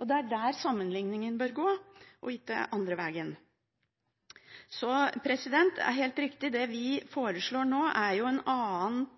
Det er der sammenligningen bør gå – ikke andre veien. Det er helt riktig: Det vi foreslår nå, er et annet